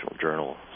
Journal